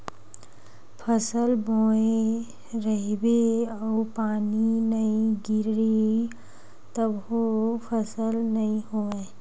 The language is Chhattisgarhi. फसल बोए रहिबे अउ पानी नइ गिरिय तभो फसल नइ होवय